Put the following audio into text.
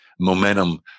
momentum